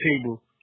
table